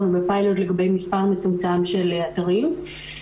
ופיילוט לגבי מספר מצומצם של אתרים.